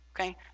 okay